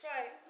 Right